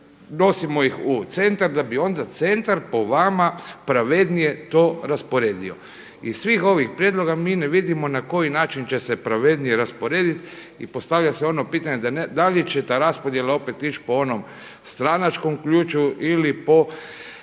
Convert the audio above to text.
nosimo ih u centar da bi onda centar po vama pravednije to rasporedio. Iz svih ovih prijedloga mi ne vidimo na koji način će se pravednije rasporediti i postavlja se ono pitanje da li će ta raspodjela opet ići po onom stranačkom ključu ili po